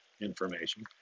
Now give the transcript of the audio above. information